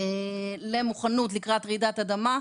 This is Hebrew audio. למוכנות לרעידת אדמה.